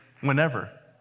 whenever